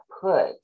put